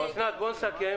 אוסנת, אוסנת, בואי נסכם.